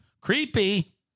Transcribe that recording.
Creepy